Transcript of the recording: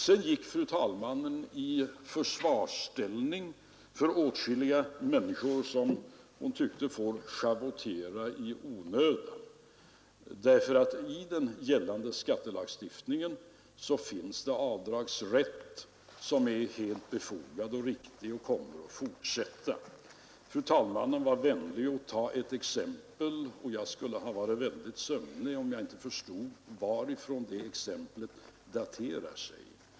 Sedan intog fru talmannen försvarsställning för åtskilliga människor som hon tyckte får schavottera i onödan därför att det i den gällande skattelagstiftningen finns en avdragsrätt — som är helt befogad och riktig — och som kommer att fortsätta att finnas kvar. Fru talmannen var vänlig nog att ta ett exempel, och jag skulle ha varit förfärligt sömnig om jag inte förstått varifrån det exemplet var hämtat.